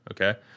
okay